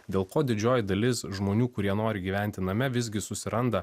dėl ko didžioji dalis žmonių kurie nori gyventi name visgi susiranda